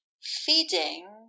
feeding